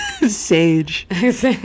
Sage